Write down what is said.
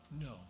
No